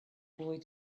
boy